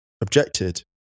objected